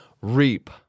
reap